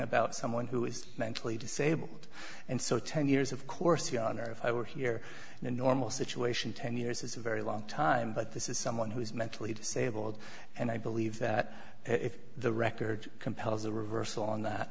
about someone who is mentally disabled and so ten years of course your honor if i were here in a normal situation ten years is a very long time but this is someone who is mentally disabled and i believe that if the record compels a reversal on that